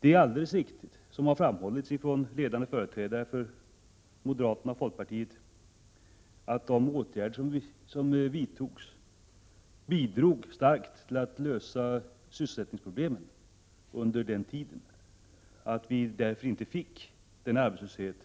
Det är alldeles riktigt, som har framhållits från ledande företrädare för moderaterna och folkpartiet, att de åtgärder som vidtogs starkt bidrog till att lösa sysselsättningsproblemen under denna tid och att vi därför inte fick den arbetslöshet